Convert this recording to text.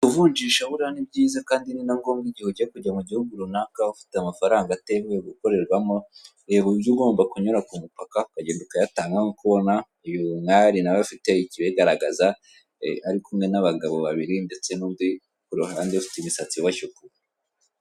Kuvunjisha burya ni byiza kandi ni na ngombwa igihe ugiye kujya mu gihugu runaka uba ufite amafaranga atemewe gukorerwamo reba uburyo ugomba kunyura ku mupaka, ukagenda ukayatanga nk'uko ubona uyu mwari nawe afite ikibigaragaza, ari kumwe n'abagabo babiri ndetse n'undi ku ruhande ufite imisatsi iboshye ukuntu.